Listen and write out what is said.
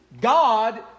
God